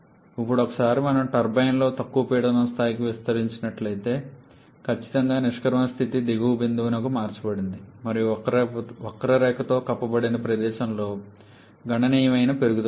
ఇప్పుడు ఒకసారి మనం టర్బైన్లో తక్కువ పీడన స్థాయికి విస్తరిస్తున్నట్లయితే ఖచ్చితంగా నిష్క్రమణ స్థితి దిగువ బిందువుకు మార్చబడుతుంది మరియు వక్రరేఖతో కప్పబడిన ప్రదేశంలో గణనీయమైన పెరుగుదల ఉంది